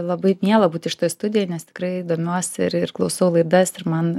labai miela būti šitoj studijoj nes tikrai domiuosi ir ir klausau laidas ir man